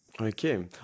Okay